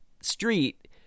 street